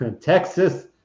Texas